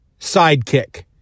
sidekick